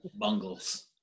Bungles